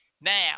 Now